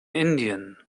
indien